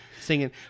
singing